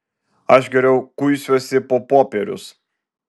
aš geriau kuisiuosi po popierius